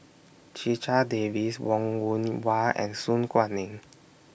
Checha Davies Wong Yoon Wah and Su Guaning